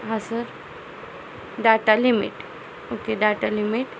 हां sir data limit okay data limit